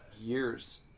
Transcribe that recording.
years